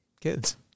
kids